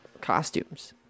costumes